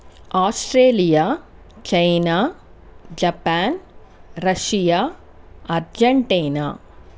Australia China Japan Russia Argentina